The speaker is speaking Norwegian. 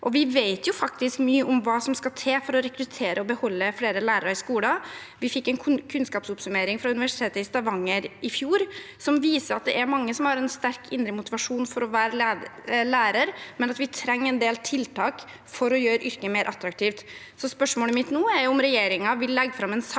Vi vet faktisk mye om hva som skal til for å rekruttere og beholde flere lærere i skolen. Vi fikk en kunnskapsoppsummering fra Universitetet i Stavanger i fjor som viser at det er mange som har en sterk indre motivasjon for å være lærer, men at vi trenger en del tiltak for å gjøre yrket mer attraktivt. Spørsmålet mitt er: Vil regjeringen så raskt som